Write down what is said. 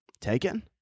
Taken